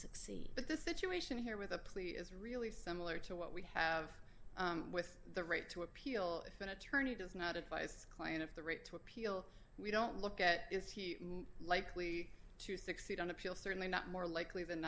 succeed but the situation here with a plea is really similar to what we have with the right to appeal an attorney does not advise client of the right to appeal we don't look at is he likely to succeed on appeal certainly not more likely than